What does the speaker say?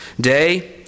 Day